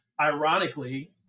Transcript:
ironically